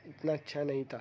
اتنا اچھا نہیں تھا